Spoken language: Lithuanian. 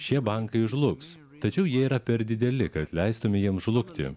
šie bankai žlugs tačiau jie yra per dideli kad leistume jiems žlugti